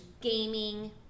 gaming